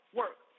work